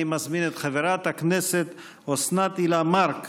אני מזמין את חברת הכנסת אוסנת הילה מארק